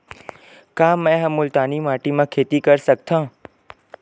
का मै ह मुल्तानी माटी म खेती कर सकथव?